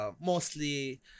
mostly